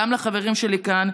גם לחברים שלי כאן,